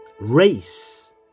race